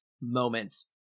moments